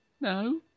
No